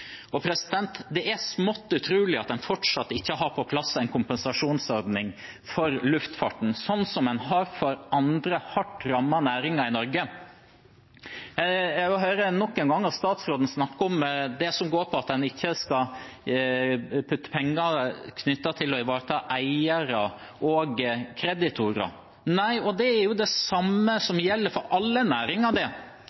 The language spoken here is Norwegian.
Det er smått utrolig at en fortsatt ikke har fått på plass en kompensasjonsordning for luftfarten, sånn som en har for andre hardt rammede næringer i Norge. Jeg hører nok en gang statsråden snakke om at en ikke skal putte penger i noe for å ivareta eiere og kreditorer. Nei, og det er det samme som